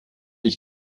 ich